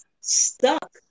stuck